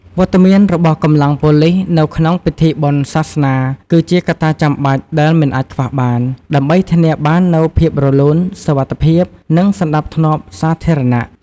វត្តមានរបស់កម្លាំងប៉ូលិសនៅក្នុងពិធីបុណ្យសាសនា គឺជាកត្តាចាំបាច់ដែលមិនអាចខ្វះបាន ដើម្បីធានាបាននូវភាពរលូន សុវត្ថិភាព និងសណ្តាប់ធ្នាប់សាធារណៈ។